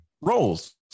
roles